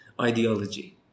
ideology